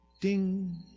ding